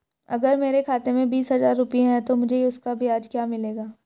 अगर मेरे खाते में बीस हज़ार रुपये हैं तो मुझे उसका ब्याज क्या मिलेगा?